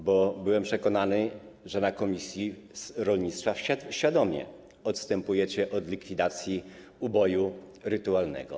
Bo byłem przekonany, że na posiedzeniu komisji rolnictwa świadomie odstępujecie od likwidacji uboju rytualnego.